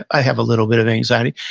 i have a little bit of anxiety.